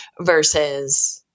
versus